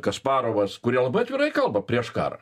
kasparovas kurie labai atvirai kalba prieš karą